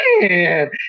Man